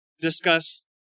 discuss